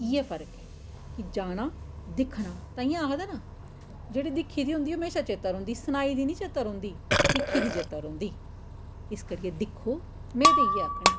इ'यै फर्क ऐ कि जाना दिक्खना ताइयें आखदे न जेह्ड़े दिक्खी दी होंदी ओह् म्हेशां चेता रौंह्दी सनाई दी नेईं चेता रौंह्दी दिक्खी दी चेता रौंह्दी इस करियै दिक्खो में ते इ'यै आक्खनी